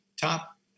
top